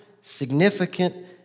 significant